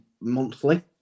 monthly